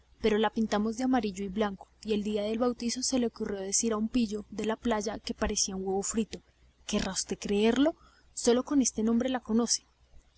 pero la pintamos de amarillo y blanco y el día del bautizo se le ocurrió decir a un pillo de la playa que parecía un huevo frito querrá usted creerlo sólo con este apodo la conocen